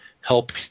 help